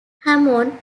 hammond